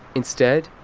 instead.